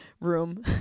room